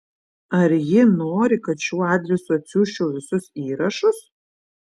ar ji nori kad šiuo adresu atsiųsčiau visus įrašus